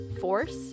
force